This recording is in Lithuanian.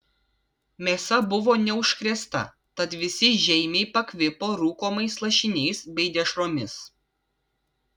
mėsa buvo neužkrėsta tad visi žeimiai pakvipo rūkomais lašiniais bei dešromis